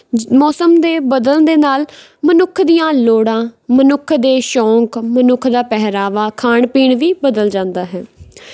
ਮੌਸਮ ਦੇ ਬਦਲਣ ਦੇ ਨਾਲ ਮਨੁੱਖ ਦੀਆਂ ਲੋੜਾਂ ਮਨੁੱਖ ਦੇ ਸ਼ੌਕ ਮਨੁੱਖ ਦਾ ਪਹਿਰਾਵਾ ਖਾਣ ਪੀਣ ਵੀ ਬਦਲ ਜਾਂਦਾ ਹੈ